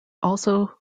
also